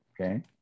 okay